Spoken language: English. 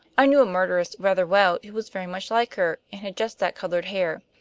i knew a murderess rather well who was very much like her, and had just that colored hair.